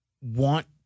want